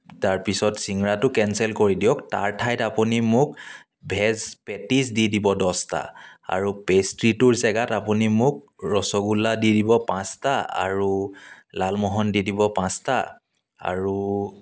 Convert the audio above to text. তাৰপিছত চিংৰাটো কেনচেল কৰি দিয়ক তাৰ ঠাইত আপুনি মোক ভেজ পেটিছ দি দিব দহটা আৰু পেষ্ট্ৰিটোৰ জেগাত আপুনি মোক ৰসগোল্লা দি দিব পাঁচটা আৰু লালমোহন দি দিব পাঁচটা আৰু